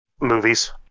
Movies